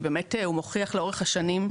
כי הוא מוכיח לאורך השנים,